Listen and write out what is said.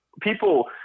people